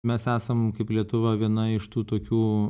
mes esam kaip lietuva viena iš tų tokių